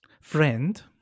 friend